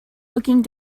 looking